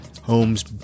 Holmes